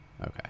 okay